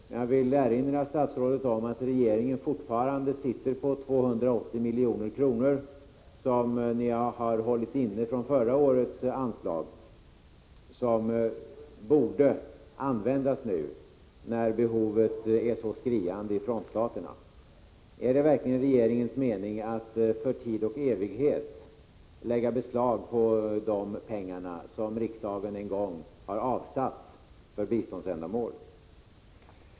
Men jag vill erinra statsrådet om att regeringen fortfarande sitter på 280 milj.kr., som ni har hållit inne från förra årets anslag och som borde användas nu, när behovet är så skriande i frontstaterna. Är det verkligen regeringens mening att för tid och evighet lägga beslag på dessa pengar, som riksdagen en gång har avsatt för biståndsändamål?